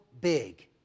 big